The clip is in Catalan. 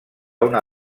una